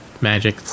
magic